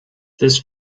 this